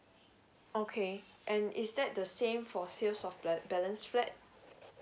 okay and is that the same for sales of bal~ balance rate